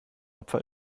opfer